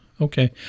Okay